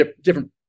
different